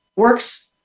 works